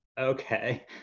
okay